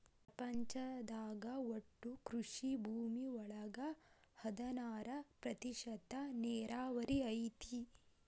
ಪ್ರಪಂಚದಾಗ ಒಟ್ಟು ಕೃಷಿ ಭೂಮಿ ಒಳಗ ಹದನಾರ ಪ್ರತಿಶತಾ ನೇರಾವರಿ ಐತಿ